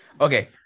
Okay